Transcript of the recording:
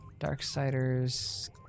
Darksiders